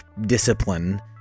discipline